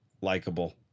likable